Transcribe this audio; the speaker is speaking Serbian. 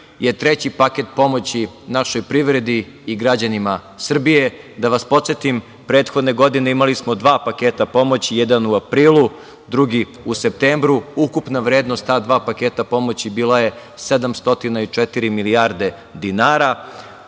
je treći paket pomoći našoj privredi i građanima Srbije. Da vas podsetim prethodne godine imali smo dva paketa pomoći, jedan u aprilu, drugi u septembru, ukupna vrednost ta dva paketa pomoći bila je 704 milijarde dinara.